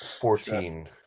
Fourteen